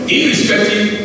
Irrespective